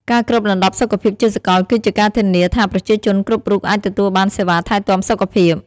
ការគ្របដណ្ដប់សុខភាពជាសកលគឺជាការធានាថាប្រជាជនគ្រប់រូបអាចទទួលបានសេវាថែទាំសុខភាព។